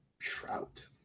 Trout